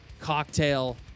cocktail